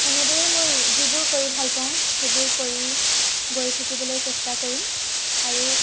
এনেদৰেই মই যিবোৰ কৰি ভাল পাওঁ সেইবোৰ কৰি গৈ থাকিবলৈ চেষ্টা কৰিম আৰু